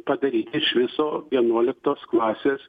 padaryti iš viso vienuoliktos klasės